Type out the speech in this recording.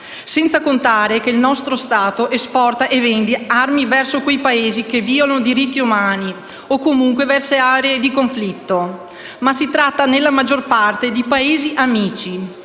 Senza contare che il nostro Stato esporta e vende armi verso Paesi che violano diritti umani o comunque verso aree di conflitto. Si tratta nella maggior parte di "Paesi amici"